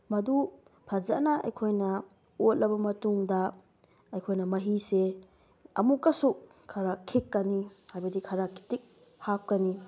ꯃꯗꯨ ꯐꯖꯅ ꯑꯩꯈꯣꯏꯅ ꯑꯣꯠꯂꯕ ꯃꯇꯨꯡꯗ ꯑꯩꯈꯣꯏꯅ ꯃꯍꯤꯁꯦ ꯑꯃꯨꯛꯀꯁꯨ ꯈꯔ ꯈꯤꯛꯀꯅꯤ ꯍꯥꯏꯕꯗꯤ ꯈꯔ ꯈꯤꯇꯤꯛ ꯍꯥꯞꯀꯅꯤ